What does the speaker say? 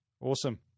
Awesome